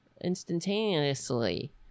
instantaneously